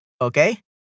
Okay